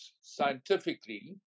scientifically